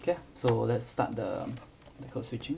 okay so let's start the the code switching